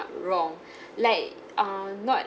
the wrong like err not